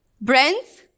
brands